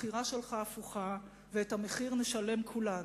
הבחירה שלך הפוכה, ואת המחיר נשלם כולנו,